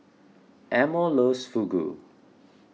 Elmore loves Fugu